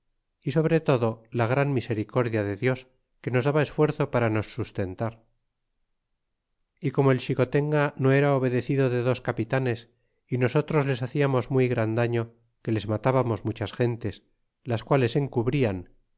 y sobre lodo la gran misericordia de dios que nos daba esfuerzo para nos sustentar y como el xicotenga no era obedecido de dos capitanes y nosotros les haciamos muy gran daño que les matábamos muchas gentes las quales